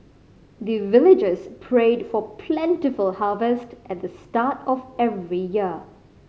the villagers prayed for plentiful harvest at the start of every year